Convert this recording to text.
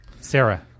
Sarah